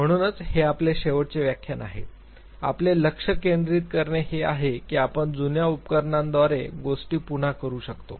म्हणूनच हे आपले शेवटचे व्याख्यान आहे आपले लक्ष केंद्रित करणे हे आहे की आपण जुन्या उपकरणाद्वारे गोष्टी पुन्हा करू शकतो